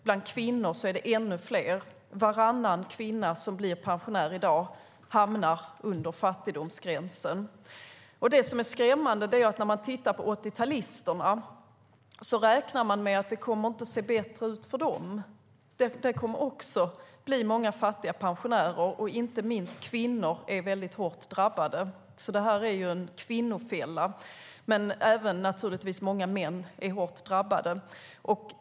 Bland kvinnor är det ännu fler. Varannan kvinna som i dag blir pensionär hamnar under fattigdomsgränsen. Det som är skrämmande är att det inte kommer att se bättre ut för 80-talisterna. Det kommer att bli många fattiga pensionärer från den åldersgruppen, och inte minst kvinnor blir väldigt hårt drabbade. Så detta är en kvinnofälla, men naturligtvis är det också många män som drabbas hårt.